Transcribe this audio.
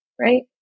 right